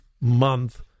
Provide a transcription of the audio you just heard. month